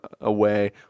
away